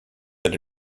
that